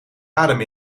adem